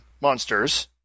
Monsters